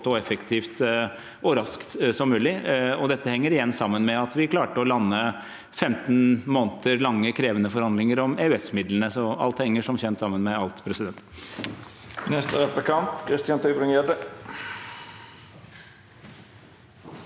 og effektivt og raskt som mulig. Dette henger igjen sammen med at vi klarte å lande 15 måneder lange, krevende forhandlinger om EØS-midlene. Så alt henger som kjent sammen med alt. Christian